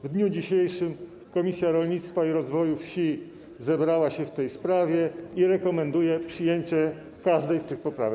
W dniu dzisiejszym Komisja Rolnictwa i Rozwoju Wsi zebrała się w tej sprawie i rekomenduje przyjęcie każdej z tych poprawek.